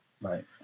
Right